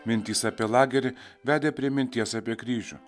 mintys apie lagerį vedė prie minties apie kryžių